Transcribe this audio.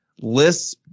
lists